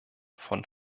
von